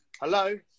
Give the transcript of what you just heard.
hello